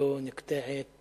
רגלו נקטעת